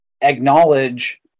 acknowledge